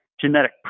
genetic